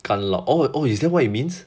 干捞 oh oh is that what is means